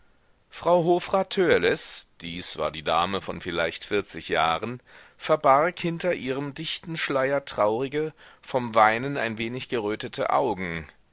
frau hofrat törleß dies war die dame von vielleicht vierzig jahren verbarg hinter ihrem dichten schleier traurige vom weinen ein wenig gerötete augen